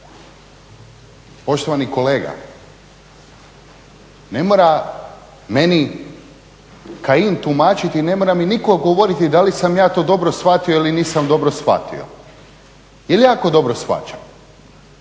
Poštovani kolega, ne mora meni Kajin tumačiti, ne mora mi nitko govoriti da li sam ja to dobro shvatio ili nisam dobro shvatio jer jako dobro shvaćam.